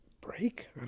break